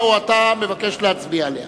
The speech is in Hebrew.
או שאתה מבקש שנצביע עליה?